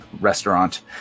restaurant